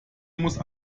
musste